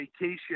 vacation